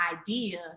idea